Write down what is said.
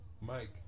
Mike